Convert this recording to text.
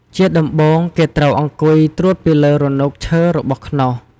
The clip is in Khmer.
ជាដំបូង គេត្រូវអង្គុយត្រួតពីលើរនុកឈើរបស់ខ្នោស។